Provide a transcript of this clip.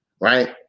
right